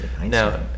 now